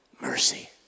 Mercy